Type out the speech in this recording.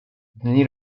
dni